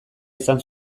izan